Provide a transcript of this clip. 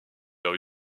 vers